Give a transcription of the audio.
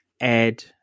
Ed